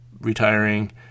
retiring